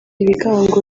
ibigango